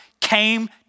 came